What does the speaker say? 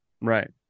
Right